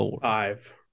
Five